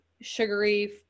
sugary